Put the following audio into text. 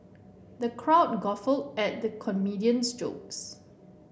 the crowd guffawed at the comedian's jokes